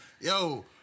Yo